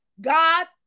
God